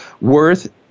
worth